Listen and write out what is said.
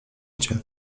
cię